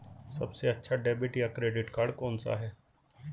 सबसे अच्छा डेबिट या क्रेडिट कार्ड कौन सा है?